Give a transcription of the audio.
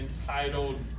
entitled